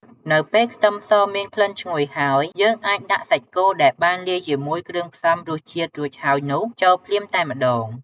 នៅពេលខ្ទឹមសមានក្លិនឈ្ងុយហើយ យើងអាចដាក់សាច់គោដែលបានលាយជាមួយគ្រឿងផ្សំរសជាតិរួចហើយនោះចូលភ្លាមតែម្តង។